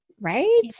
Right